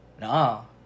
no